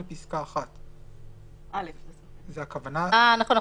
------ אה, נכון.